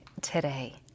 today